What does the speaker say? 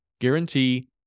guarantee